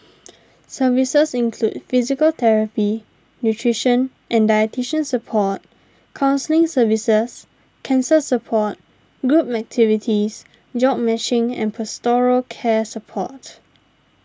services include physical therapy nutrition and dietitian support counselling services cancer support group activities jobs matching and pastoral care support